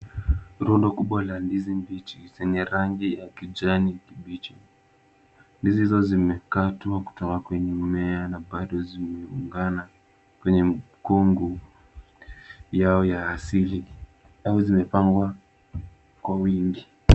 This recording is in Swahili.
Rundo kubwa la ndizi mbichi zenye rangi ya kijani kibichi. Ndizi hizo zimekatwa kutoka kwenye mmea na bado zimepangana kwenye mkungu yao ya asili alafu zimepangwa kwa wingi.